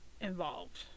involved